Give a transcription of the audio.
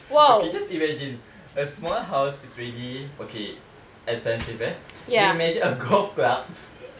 okay just imagine a small house is already okay expensive eh then imagine a golf club